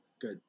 Good